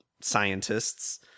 scientists